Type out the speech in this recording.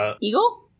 eagle